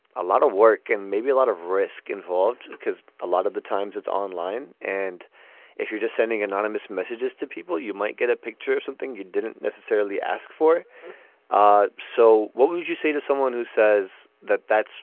a lot of work and maybe a lot of risk involved because a lot of the times it's online and if you're just sending anonymous messages to people you might get a picture of something you didn't necessarily ask for ah so what would you say to someone who says that that's